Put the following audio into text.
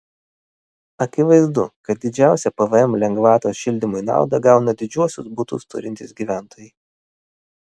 akivaizdu kad didžiausią pvm lengvatos šildymui naudą gauna didžiausius butus turintys gyventojai